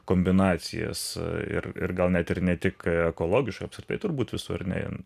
kombinacijas ir ir gal net ir ne tik ekologiška apskritai turbūt visur ne vien